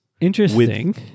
Interesting